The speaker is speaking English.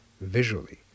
visually